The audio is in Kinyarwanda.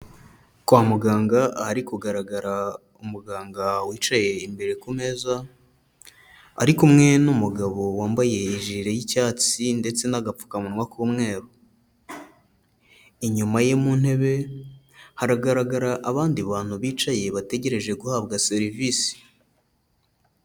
Kwa muganga ahari kugaragara umuganga wicaye imbere ku meza, ari kumwe n'umugabo wambaye ijire y'icyatsi ndetse n'agapfukamunwa k'umweru, inyuma ye mu ntebe haragaragara abandi bantu bicaye bategereje guhabwa serivisi.